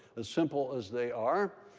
as simple as they are,